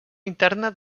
interna